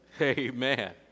Amen